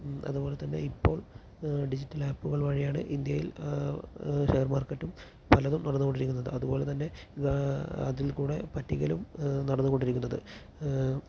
അതുപോലെ തന്നെ ഇപ്പോൾ ഡിജിറ്റൽ ആപ്പുകൾ വഴിയാണ് ഇന്ത്യയിൽ ഷെയർ മാർക്കറ്റും പലതും നടന്ന് കൊണ്ടിരിക്കുന്നത് അതുപോലെ തന്നെ അതിൽ കൂടെ പറ്റിക്കലും നടന്ന് കൊണ്ടിരിക്കുന്നത്